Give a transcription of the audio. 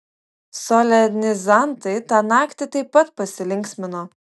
solenizantai tą naktį taip pat pasilinksmino